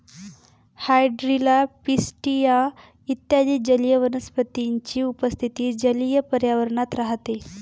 hydrilla, pistia इत्यादी जलीय वनस्पतींची उपस्थिती जलीय पर्यावरणात राहते